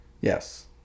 Yes